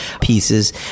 pieces